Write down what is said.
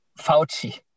Fauci